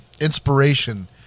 inspiration